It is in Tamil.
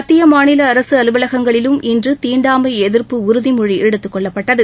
மத்திய மாநில அரசு அலுவலகங்களிலும் இன்று தீண்டாமை எதிர்ப்பு உறுதிமொழி எடுத்துக் கொள்ளப்பட்டது